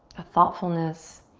a thoughtfulness,